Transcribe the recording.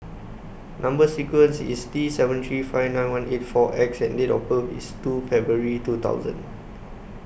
Number sequence IS T seven three five nine one eight four X and Date of birth IS two February two thousand